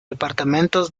departamento